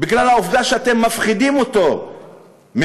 בגלל העובדה שאתם מפחידים אותו מהערבים,